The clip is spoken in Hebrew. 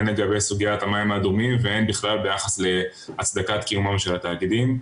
הן לגבי סוגיית המים האדומים והן בכלל ביחס להצדקת קיומם של התאגידים.